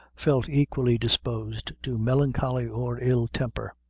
felt equally disposed to melancholy or ill-temper.